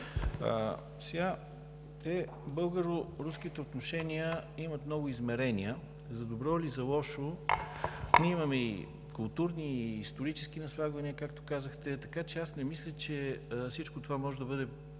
Борисов, българо-руските отношения имат много измерения. За добро или за лошо ние имаме и културни, и исторически наслагвания, както казахте, така че аз не мисля, че всичко това може да бъде